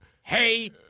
Hey